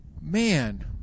man